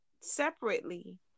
separately